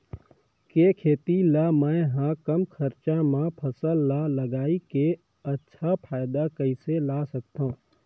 के खेती ला मै ह कम खरचा मा फसल ला लगई के अच्छा फायदा कइसे ला सकथव?